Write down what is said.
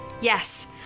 yes